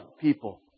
people